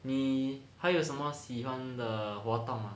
你还有什么喜欢的活动吗